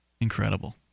Incredible